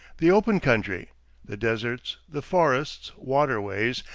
the open country the deserts, the forests, waterways,